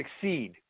succeed